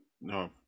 no